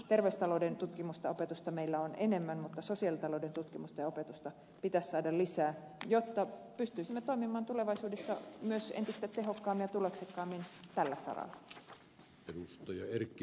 terveystalouden tutkimusta opetusta meillä on enemmän mutta sosiaalitalouden tutkimusta ja opetusta pitäisi saada lisää jotta pystyisimme toimimaan tulevaisuudessa myös entistä tehokkaammin ja tuloksekkaammin tällä saralla